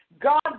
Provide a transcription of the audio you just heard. God